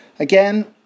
Again